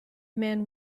man